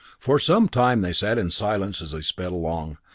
for some time they sat in silence as they sped along,